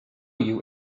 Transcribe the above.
you